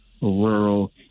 rural